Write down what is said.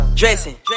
dressing